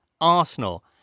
Arsenal